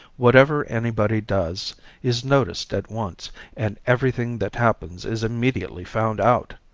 whatever anybody does is noticed at once and everything that happens is immediately found out.